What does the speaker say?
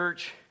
Church